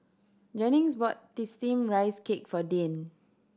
Jennings bought Steamed Rice Cake for Dane